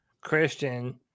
Christian